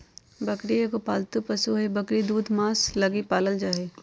बकरी एगो पालतू पशु हइ, बकरी दूध तथा मांस लगी पालल जा हइ